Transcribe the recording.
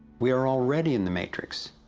we're already in the matrix,